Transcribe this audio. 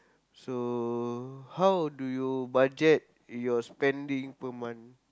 so how do you budget your spending per month